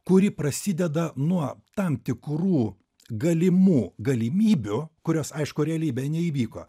kuri prasideda nuo tam tikrų galimų galimybių kurios aišku realybėj neįvyko